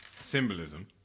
symbolism